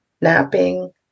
napping